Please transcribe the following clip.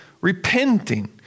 repenting